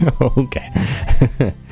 Okay